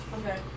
Okay